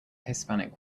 hispanic